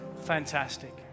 Fantastic